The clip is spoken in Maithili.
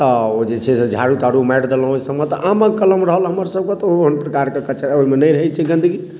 तऽ ओ जे छै से झाड़ू ताड़ू मारि देलहुॅं ओहि सभमे तऽ आमक कलम रहल हमर सभके तऽ ओहन प्रकारके कचड़ा ओहिमे नहि रहै छै गन्दगी